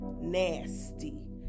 Nasty